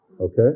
okay